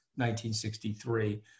1963